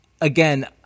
again